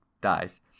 dies